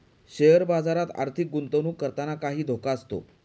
share बाजारात आर्थिक गुंतवणूक करताना काही धोका असतो